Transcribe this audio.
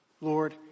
Lord